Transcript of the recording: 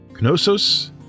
Knossos